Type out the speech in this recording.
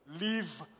leave